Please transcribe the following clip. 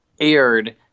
aired